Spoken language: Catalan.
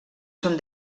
són